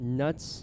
nuts